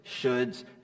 shoulds